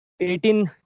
18